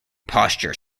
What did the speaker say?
posture